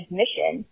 mission